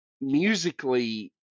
musically